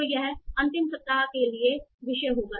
तो यह अंतिम सप्ताह के लिए विषय होगा